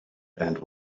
and